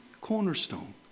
cornerstone